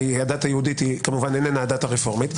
כי הדת היהודית היא כמובן איננה הדת הרפורמית.